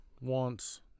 wants